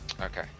Okay